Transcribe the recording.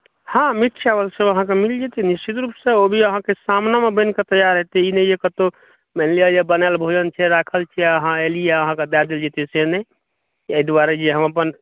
हँ मीट चावल सेहो अहाँकेँ मिल जेतै निश्चित रूपसँ ओ भी अहाँके सामनेमे बनि कऽ तैयार हेतै ई नहि जे कतहु मानि लिअ जे बनल भोजन छै राखल छै आ अहाँ एलियै अहाँकेँ दए देल जेतै से नहि एहि दुआरे जे हम अपन